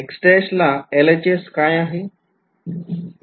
x ला LHS काय आहे